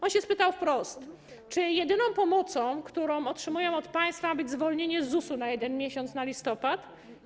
On spytał wprost: Czy jedyną pomocą, którą otrzymają od państwa, ma być zwolnienie z ZUS-u na jeden miesiąc, na listopad?